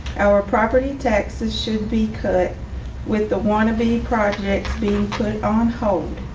our property taxes should be cut with the wannabe projects being put on hold.